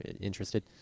interested